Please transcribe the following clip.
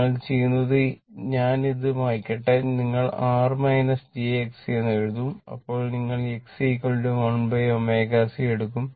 നിങ്ങൾ ചെയ്യുന്നത് ഞാൻ അത് മായ്ക്കട്ടെ നിങ്ങൾ R j Xc എന്ന് എഴുതും അപ്പോൾ നിങ്ങൾ Xc 1 ω c എടുക്കും